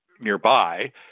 nearby